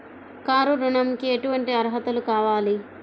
Car ఋణంకి ఎటువంటి అర్హతలు కావాలి?